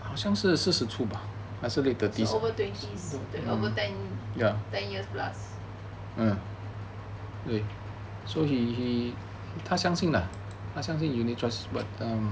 是 over twenty over ten years plus